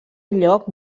lloc